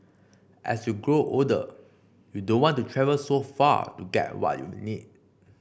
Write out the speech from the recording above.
as you grow older you don't want to travel so far to get what you need